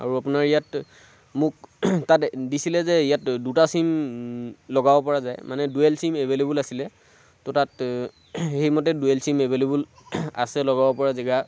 আৰু আপোনাৰ ইয়াত মোক তাত দিছিলে যে ইয়াত দুটা চিম লগাব পৰা যায় মানে দুৱেল চিম এভেইলেবুল আছিলে তো তাত সেইমতে দুৱেল চিম এভেইলেবুল আছে লগাব পৰা জেগা